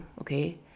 okay